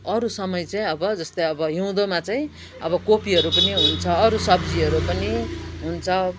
अरू समय चाहिँ अब जस्तै अब हिउँदोमा चाहिँ अब कोपीहरू पनि हुन्छ अरू सब्जीहरू पनि हुन्छ